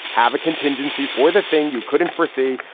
have a contingency for the thing you couldn't foresee.